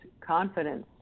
confidence